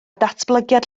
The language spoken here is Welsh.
datblygiad